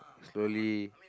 slowly